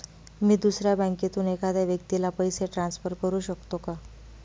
मी दुसऱ्या बँकेतून एखाद्या व्यक्ती ला पैसे ट्रान्सफर करु शकतो का?